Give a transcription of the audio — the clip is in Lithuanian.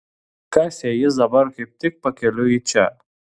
kas jei jis dabar kaip tik pakeliui į čia